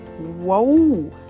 Whoa